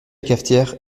cafetière